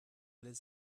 les